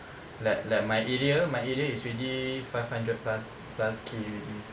like like my area my area is already five hundred plus plus K already